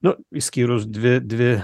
nu išskyrus dvi dvi